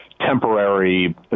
temporary